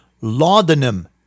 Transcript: Laudanum